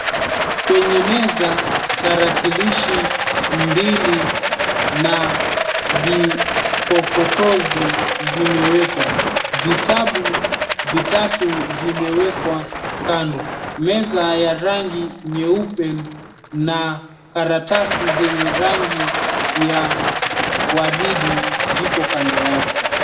Kwenye meza tarakilishi mbili na vipopotozi vimewekwa. Vitabu vitatu vimewekwa kando. Meza ya rangi nyeupe na karatasi zenye rangi ya waridi viko kando yake.